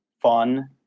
fun